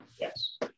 yes